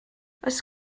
oes